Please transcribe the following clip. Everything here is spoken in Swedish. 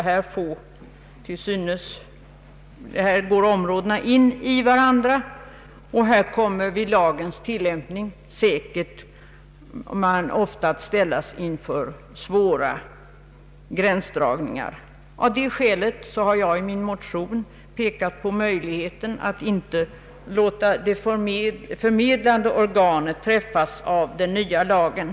Här går alltså områdena in i varandra, och man kommer vid lagens tillämpning säkert ofta att ställas inför svåra gränsdragningar. Av det skälet har jag i min motion pekat på möjligheten att inte låta det förmedlande organet träffas av den nya lagen.